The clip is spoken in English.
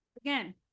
again